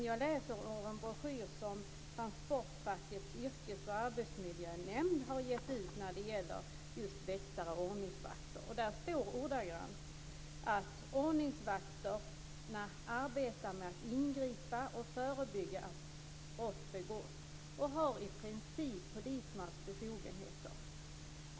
Jag läser ur en broschyr som Transportfackens Yrkes och Arbetsmiljönämnd har gett ut när det gäller just väktare och ordningsvakter, och där står det ordagrant: "Ordningsvakten arbetar med att ingripa och förebygga att brott begås och har i princip polismans befogenheter.